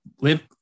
live